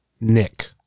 nick